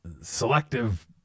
selective